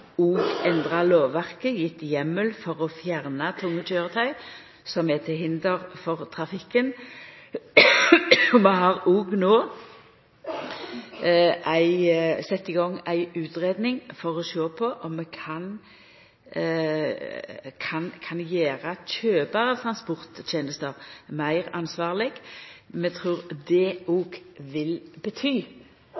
endra lovverket – gjeve heimel for å fjerna tunge køyretøy som er til hinder for trafikken. Vi har òg no sett i gang ei utgreiing for å sjå på om vi kan gjera kjøparar av transporttenester meir ansvarlege. Vi trur det